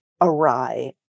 awry